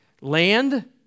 Land